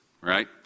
right